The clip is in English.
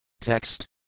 Text